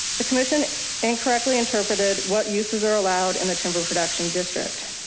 the commission incorrectly interpreted what uses are allowed in the timber production district.